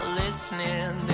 listening